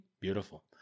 Beautiful